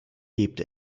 hebt